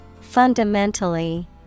Fundamentally